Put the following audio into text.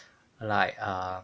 like err